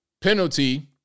penalty